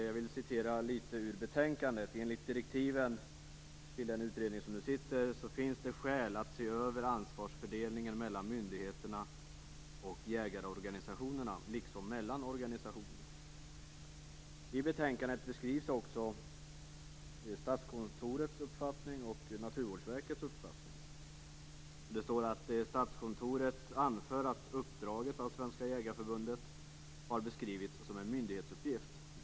Jag citerar ur betänkandet: "Enligt direktiven" - till sittande utredning - "finns det skäl att se över ansvarsfördelningen mellan myndigheterna och jägarorganisationerna liksom mellan organisationerna." I betänkandet redogörs också för Statskontorets och Naturvårdsverkets uppfattning: "Statskontoret anför att uppdraget av Svenska Jägareförbundet har beskrivits som en myndighetsuppgift.